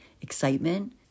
excitement